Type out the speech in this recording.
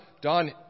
Don